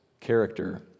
character